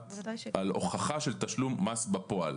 שיש צורך בהוכחה של תשלום מס בפועל.